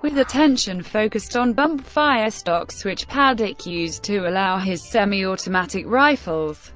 with attention focused on bump fire stocks, which paddock used to allow his semi-automatic rifles